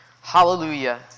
Hallelujah